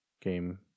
game